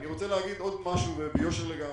אני רוצה להגיד עוד משהו, ביושר לגמרי.